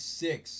six